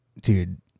dude